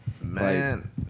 Man